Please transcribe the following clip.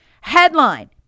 headline